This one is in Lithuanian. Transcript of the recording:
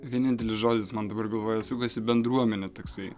vienintelis žodis man dabar galvoje sukasi bendruomenė man toksai